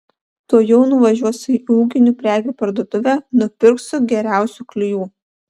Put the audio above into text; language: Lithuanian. tuojau nuvažiuosiu į ūkinių prekių parduotuvę nupirksiu geriausių klijų